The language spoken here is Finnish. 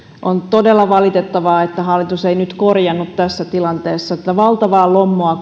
on todella valitettavaa että hallitus ei nyt korjannut tässä tilanteessa tätä valtavaa lommoa